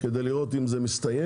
כדי לראות אם זה מסתיים.